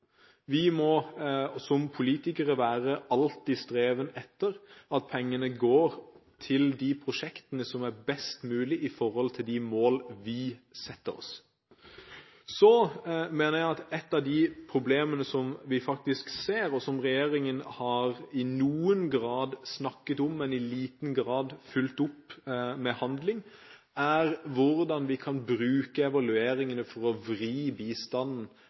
Vi må som politikere alltid strebe etter at pengene går til de prosjektene som er best mulig i forhold til de mål vi setter oss. Så mener jeg at et av de problemene som vi faktisk ser, og som regjeringen i noen grad har snakket om, men i liten grad fulgt opp med handling, er hvordan vi kan bruke evalueringene for å vri bistanden